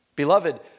Beloved